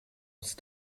sind